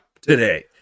today